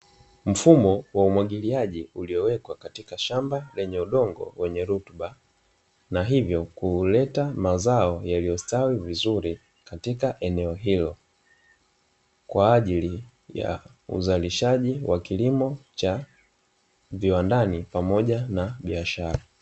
Mfumo wa umwagiliaji uliowekwa katika shamba lenye udongo wenye rutuba, na hivyo kuleta mazao yaliyostawi vizuri katika eneo hilo, kwa ajili ya uzalishaji wa kilimo cha viwandani pamoja na biashara.